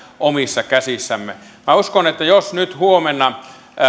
omissa käsissämme minä uskon että jos nyt huomenna